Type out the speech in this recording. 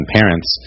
parents